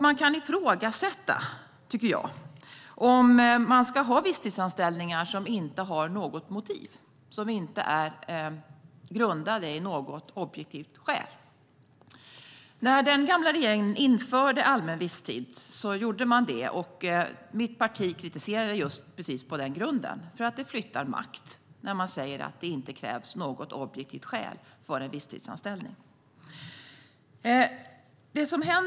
Man kan ifrågasätta om det ska finnas visstidsanställningar utan motiv, som inte är grundade i något objektivt skäl. Den gamla regeringen införde allmän visstid. Mitt parti kritiserade att det flyttar makt när det inte krävs något objektivt skäl för en visstidsanställning.